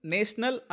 National